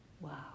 wow